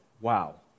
wow